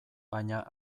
baina